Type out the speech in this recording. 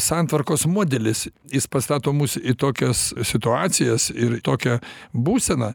santvarkos modelis jis pastato mus į tokias situacijas ir į tokią būseną